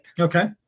Okay